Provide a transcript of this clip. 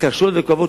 קשות וכואבות,